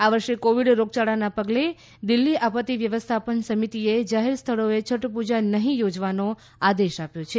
આ વર્ષે કોવિડ રોગયાળાના પગલે દિલ્હી આપત્તિ વ્યવસ્થાપન સમિતિએ જાહેર સ્થળો એ છઠ પુજા નહીં યોજવાનો આદેશ આપ્યો છે